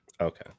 Okay